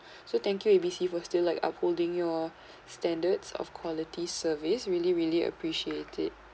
so thank you A B C for still like upholding your standards of quality service really really appreciate it